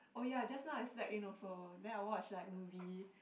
oh ya just now I slept in also then I watch like movie